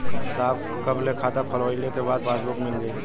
साहब कब ले खाता खोलवाइले के बाद पासबुक मिल जाई?